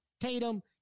Tatum